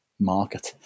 Market